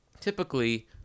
typically